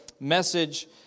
message